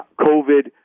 COVID